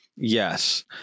Yes